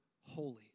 holy